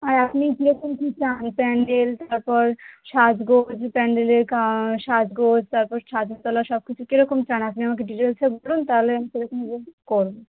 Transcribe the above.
আর আপনি কীরকম কী চান প্যান্ডেল তারপর সাজগোজ প্যান্ডেলের কা সাজগোজ তারপর ছাদনাতলা সব কিছু কেরকম চান আপনি আমাকে ডিটেলসে বলুন তাহলে আমি সেরকম করবো